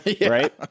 right